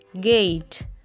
Gate